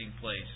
place